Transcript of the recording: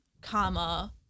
comma